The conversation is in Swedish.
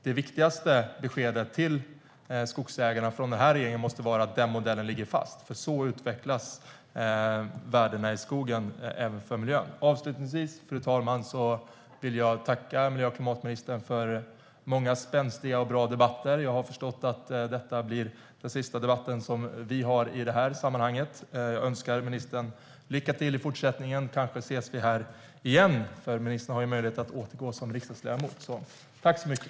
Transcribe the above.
Det viktigaste beskedet till skogsägarna från den här regeringen måste vara att den modellen ligger fast, för så utvecklas värdena i skogen även för miljön. Avslutningsvis, fru talman, vill jag tacka klimat och miljöministern för många spänstiga och bra debatter. Jag har förstått att detta blir den sista debatt som vi har i detta sammanhang. Jag önskar ministern lycka till i fortsättningen. Kanske ses vi här igen, för ministern har ju möjlighet att återgå till att vara riksdagsledamot.